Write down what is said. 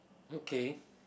okay